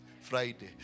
Friday